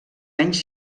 menys